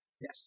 Yes